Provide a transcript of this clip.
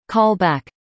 Callback